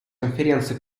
конференции